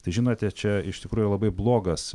tai žinote čia iš tikrųjų labai blogas